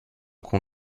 qu’on